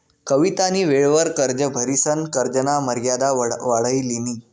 कवितानी वेळवर कर्ज भरिसन कर्जना मर्यादा वाढाई लिनी